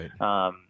Right